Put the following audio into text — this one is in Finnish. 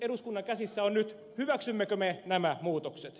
eduskunnan käsissä on nyt hyväksymmekö me nämä muutokset